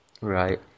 Right